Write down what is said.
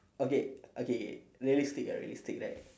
okay okay realistic ah realistic right